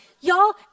Y'all